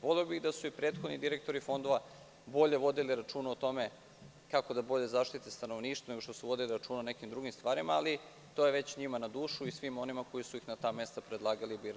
Voleo bih da su i prethodni direktori fondova bolje vodili računa o tome kako da bolje zaštite stanovništvo, nego što su vodili računa o nekim drugim stvarima, ali, to je već njima na dušu i svima onima koji su ih na ta mesta predlagali i birali.